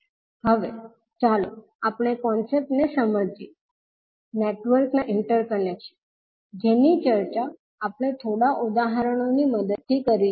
હવે ચાલો આપણે કન્સેપ્ટ ને સમજીએ નેટવર્કના ઇન્ટરકનેક્શન જેની ચર્ચા આપણે થોડા ઉદાહરણો ની મદદથી કરી છે